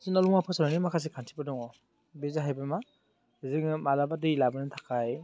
जोंना लङा फोसाबनायनि माखासे खान्थिफोर दङ बे जाहैबाय मा जोङो माब्लाबा दै लाबोनो थाखाय